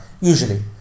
usually